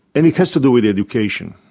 and it has to do with education.